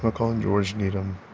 ah calling? george needham